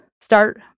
start